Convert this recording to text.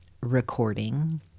recording